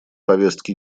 повестки